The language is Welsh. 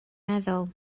meddwl